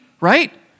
right